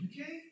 Okay